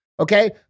Okay